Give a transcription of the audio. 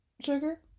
sugar